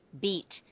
Beat